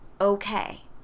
okay